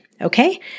Okay